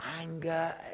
anger